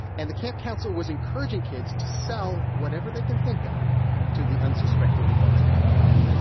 and the camp counselor was encouraging kids to sell whatever they can think of to the unsuspecting adults walking by.